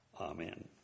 Amen